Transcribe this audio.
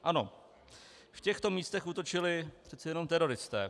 Ano, v těchto místech útočili přece jenom teroristé.